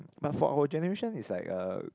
but for our generation is like uh